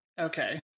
Okay